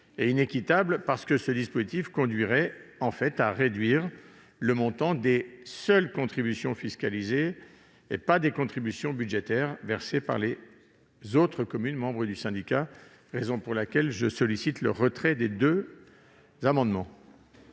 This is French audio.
est inéquitable, parce qu'un tel dispositif conduirait à réduire le montant des seules contributions fiscalisées, et non celui des contributions budgétaires versées par les autres communes membres du syndicat. Pour toutes ces raisons, je sollicite le retrait de ces deux amendements.